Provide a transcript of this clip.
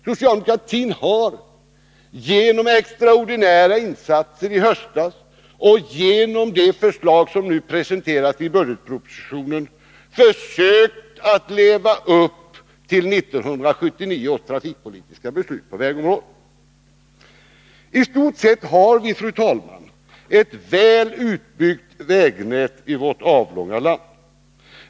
Socialdemokratin har genom extraordinära insatser i höstas och genom det förslag som presenteras i budgetpropositionen försökt att leva upp till 1979 års trafikpolitiska beslut på vägområdet. Istort sett har vi, fru talman, ett väl utbyggt vägnät i vårt avlånga land.